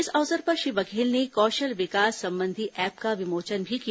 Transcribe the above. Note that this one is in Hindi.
इस अवसर पर श्री बघेल ने कौशल विकास संबंधी ऐप का विमोचन भी किया